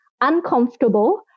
uncomfortable